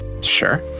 Sure